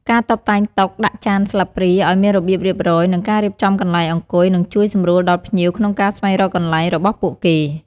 ការតុបតែងតុ ដាក់ចានស្លាបព្រាឲ្យមានរបៀបរៀបរយ និងការរៀបចំកន្លែងអង្គុយ នឹងជួយសម្រួលដល់ភ្ញៀវក្នុងការស្វែងរកកន្លែងរបស់ពួកគេ។